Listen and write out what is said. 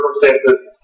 circumstances